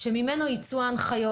גם כשל כלייתי,